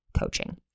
coaching